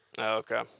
Okay